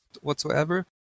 whatsoever